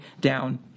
down